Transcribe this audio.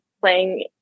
playing